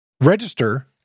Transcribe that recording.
Register